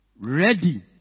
ready